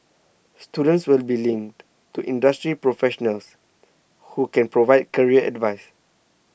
students will be linked to industry professionals who can provide career advice